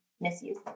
misuse